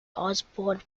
osborne